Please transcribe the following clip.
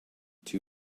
two